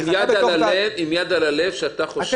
אני חושב שבתשעה חודשים